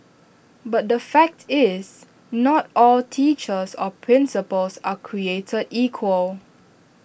but the fact is not all teachers or principals are created equal